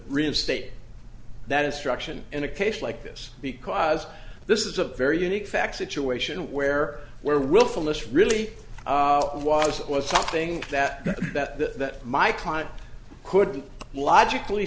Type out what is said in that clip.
reinstate that instruction in a case like this because this is a very unique fact situation where where willfulness really was was something that that that my client couldn't logically